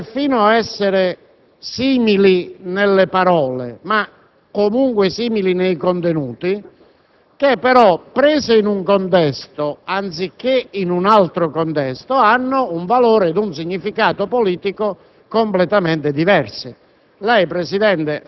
potrebbero perfino essere simili nelle parole, e comunque simili nei contenuti, che però, inserite in un contesto anziché in un altro, hanno un valore e un significato politico completamente diverso.